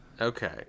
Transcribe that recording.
Okay